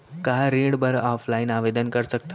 का ऋण बर ऑफलाइन आवेदन कर सकथन?